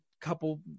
couple